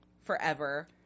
forever